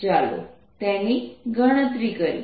ચાલો તેની ગણતરી કરીએ